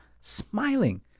smiling